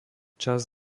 čas